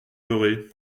beurré